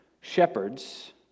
shepherds